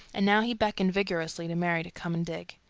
and now he beckoned vigorously to mary to come and dig.